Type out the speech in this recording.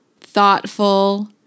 thoughtful